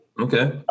Okay